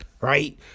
Right